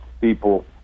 people